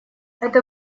это